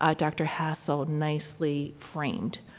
ah dr. hassell nicely framed.